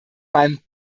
beim